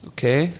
Okay